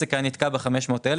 עסק היה נתקע ב-500,000,